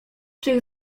czy